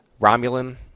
Romulan